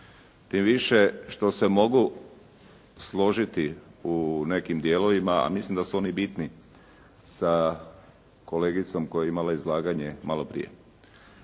Tim više što se mogu složiti u nekim dijelovima, a mislim da su oni bitni sa kolegicom koja je imala izlaganje malo prije.